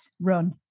run